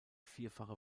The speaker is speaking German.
vierfache